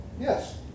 Yes